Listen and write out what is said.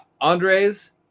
Andres